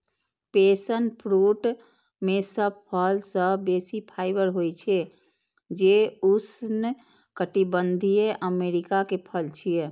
passion fruit मे सब फल सं बेसी फाइबर होइ छै, जे उष्णकटिबंधीय अमेरिका के फल छियै